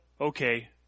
okay